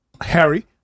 Harry